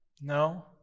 No